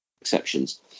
exceptions